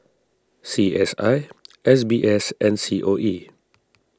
C S I S B S and C O E